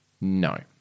No